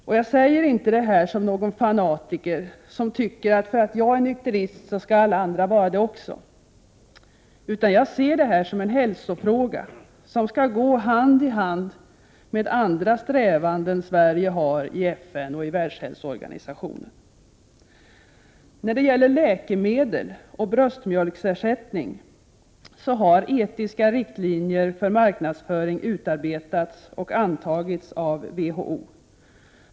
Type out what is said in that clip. Och jag säger inte det här som någon fanatiker som tycker, att eftersom jag är nykterist så skall alla vara det. Jag ser det här som en hälsofråga, som skall gå hand i hand med andra strävanden som Sverige har i FN och Världshälsoorganisationen. När det gäller läkemedel och bröstmjölksersättning har etiska riktlinjer för marknadsföring utarbetats och antagits av WHO.